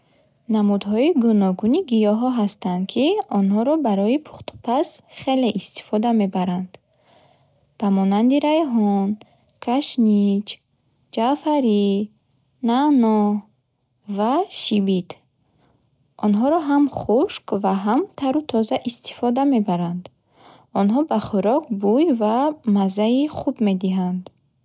Намудҳои гӯногуни гиёҳҳо ҳастанд, ки онҳоро барои пухту паз хеле истифода мебаранд. Ба монанди райҳон, кашнич, ҷаъфарӣ, наъно ва шибит. Онҳоро ҳам хушк ва ҳам тару тоза истифода мебаранд. Онҳо ба хӯрок бӯй ва маззаи хуб медиҳанд.